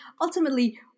ultimately